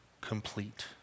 complete